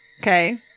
Okay